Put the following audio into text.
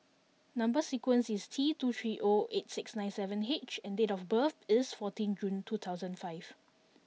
number sequence is T two three O eight six nine seven H and date of birth is fourteen June two thousand and five